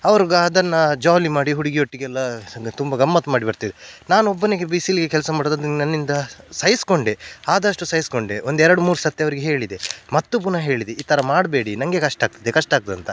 ಅವ್ರ್ಗೆ ಅದನ್ನು ಜಾಲಿ ಮಾಡಿ ಹುಡುಗಿಯೊಟ್ಟಿಗೆಲ್ಲ ಸಂಗ ತುಂಬ ಗಮ್ಮತ್ತು ಮಾಡಿ ಬರ್ತಿದ್ರು ನಾನು ಒಬ್ಬನಿಗೆ ಬಿಸಿಲಿಗೆ ಕೆಲಸ ಮಾಡೋದಕ್ ನನ್ನಿಂದ ಸಹಿಸಿಕೊಂಡೆ ಆದಷ್ಟು ಸಹಿಸಿಕೊಂಡೆ ಒಂದು ಎರಡು ಮೂರು ಸರ್ತಿ ಅವ್ರಿಗೆ ಹೇಳಿದೆ ಮತ್ತು ಪುನಃ ಹೇಳಿದೆ ಈ ಥರ ಮಾಡಬೇಡಿ ನನಗೆ ಕಷ್ಟ ಆಗ್ತದೆ ಕಷ್ಟ ಆಗ್ತದಂತ